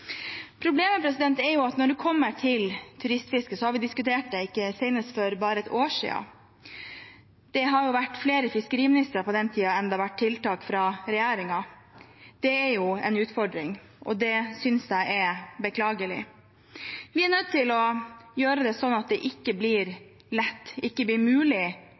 Når det gjelder turistfisket, diskuterte vi det senest for bare et år siden. Det har vært flere fiskeriministre på den tiden enn det har vært tiltak fra regjeringen. Det er en utfordring, og jeg synes det er beklagelig. Vi er nødt til å gjøre det sånn at det ikke blir lett, ikke blir mulig